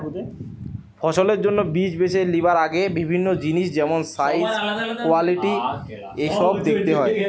ফসলের জন্যে বীজ বেছে লিবার আগে বিভিন্ন জিনিস যেমন সাইজ, কোয়ালিটি এসোব দেখতে হয়